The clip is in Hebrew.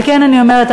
על כן אני אומרת,